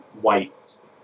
white